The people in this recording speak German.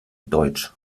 deutsch